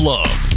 Love